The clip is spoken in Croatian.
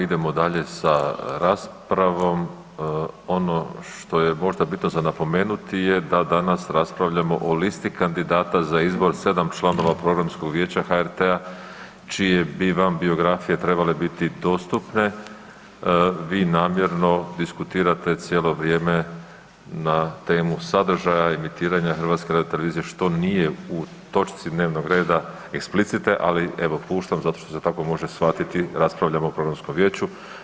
Idemo dalje sa raspravom, ono što je možda bitno za napomenuti je da danas raspravljamo o listi kandidata za izbor 7 članova programskog vijeća HRT-a čije bi vam biografije trebale biti dostupne, vi namjerno diskutirate cijelo vrijeme na temu sadržaja emitiranja HRT-a, što nije u točci dnevnog reda explicite ali evo, puštam zato što se tako može shvatiti, raspravljamo o programskom vijeću.